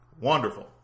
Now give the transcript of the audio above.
Wonderful